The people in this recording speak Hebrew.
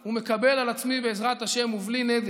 הוא ומקבל על עצמי, בעזרת השם ובלי נדר,